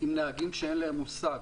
עם נהגים שאין להם מושג,